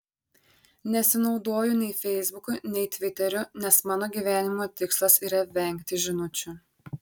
nesinaudoju nei feisbuku nei tviteriu nes mano gyvenimo tikslas yra vengti žinučių